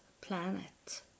planet